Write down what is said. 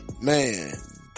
man